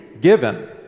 given